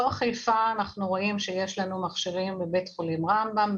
אנחנו רואים שיש לנו מכשירים בבית חולים רמב"ם,